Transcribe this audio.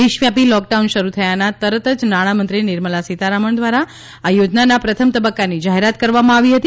દેશવ્યાપી લોકડાઉન શરૂ થયાના તરત જ નાણાં મંત્રી નિર્મલા સીતારમણ દ્વારા યોજનાના પ્રથમ તબક્કાની જાહેરાત કરવામાં આવી હતી